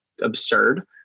absurd